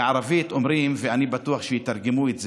בערבית אומרים, ואני בטוח שיתרגמו את זה,